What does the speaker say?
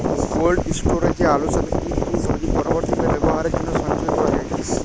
Cold স্টোরেজে আলুর সাথে কি কি সবজি পরবর্তীকালে ব্যবহারের জন্য সঞ্চয় করা যায়?